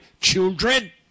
children